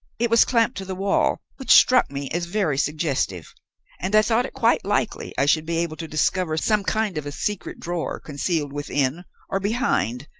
it was clamped to the wall, which struck me as very suggestive and i thought it quite likely i should be able to discover some kind of secret drawer concealed within, or behind,